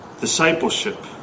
Discipleship